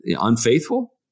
unfaithful